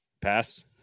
pass